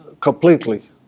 completely